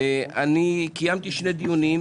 קיימתי שני דיונים.